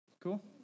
Cool